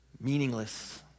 meaningless